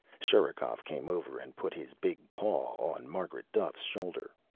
sherikov came over and put his big paw on margaret duffe's shoulder.